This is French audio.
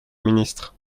ministre